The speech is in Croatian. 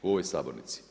U ovoj sabornici.